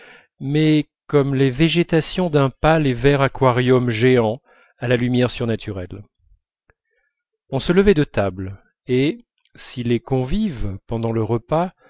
mais comme les végétations d'un pâle et vert aquarium géant à la lumière surnaturelle on se levait de table et si les convives pendant le repas